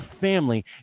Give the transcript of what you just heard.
family